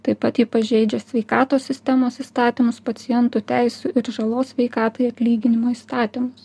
taip pat ji pažeidžia sveikatos sistemos įstatymus pacientų teisių ir žalos sveikatai atlyginimo įstatymus